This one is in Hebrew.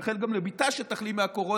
שמאחל גם לבתה שתחלים מהקורונה,